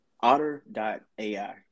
otter.ai